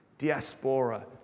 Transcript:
diaspora